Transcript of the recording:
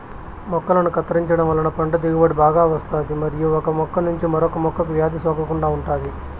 మొక్కలను కత్తిరించడం వలన పంట దిగుబడి బాగా వస్తాది మరియు ఒక మొక్క నుంచి మరొక మొక్కకు వ్యాధి సోకకుండా ఉంటాది